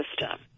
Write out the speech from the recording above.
system